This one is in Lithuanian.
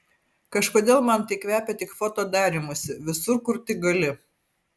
kažkodėl man tai kvepia tik foto darymusi visur kur tik gali